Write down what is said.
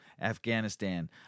Afghanistan